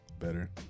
Better